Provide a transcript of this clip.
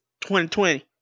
2020